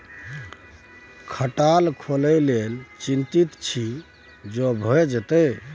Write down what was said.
खटाल खोलय लेल चितिंत छी जो भए जेतौ